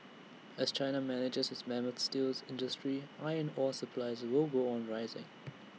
as China manages its mammoth steels industry iron ore supplies will go on rising